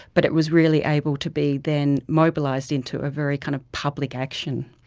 but it was really able to be then mobilised into a very kind of public action.